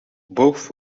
both